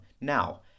Now